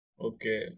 Okay